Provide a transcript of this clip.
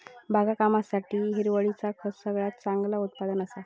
बागकामासाठी हिरवळीचा खत सगळ्यात चांगला उत्पादन असा